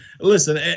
listen